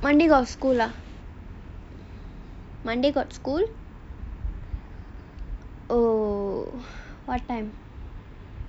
monday got school ah monday got school oh what time